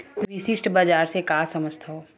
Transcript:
विशिष्ट बजार से का समझथव?